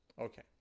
Okay